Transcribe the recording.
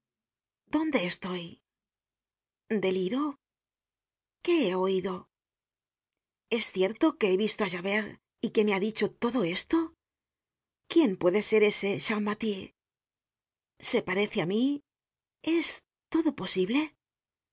dónde estoy deliro qué he oido es cierto que he visto á javert y que me ha dicho todo esto quién puede ser ese champmathieu se parece á mí es esto posible